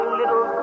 little